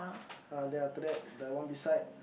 uh then after that the one beside